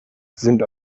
sind